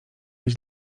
być